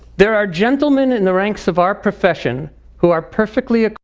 there are gentlemen in the ranks of our profession who are perfectly